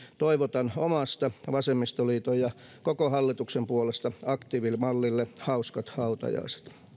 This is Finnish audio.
toivotan omasta vasemmistoliiton ja koko hallituksen puolesta aktiivimallille hauskat hautajaiset